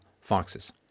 foxes